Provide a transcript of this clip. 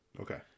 Okay